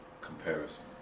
comparison